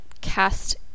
cast